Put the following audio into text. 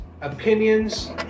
opinions